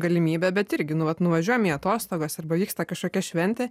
galimybę bet irgi nu vat nuvažiuojame į atostogas arba vyksta kažkokia šventė